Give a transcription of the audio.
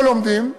לא לומדים,